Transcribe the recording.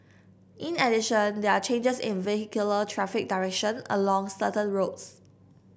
in addition there are changes in vehicular traffic direction along certain roads